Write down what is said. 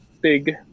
big